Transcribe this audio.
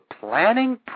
planning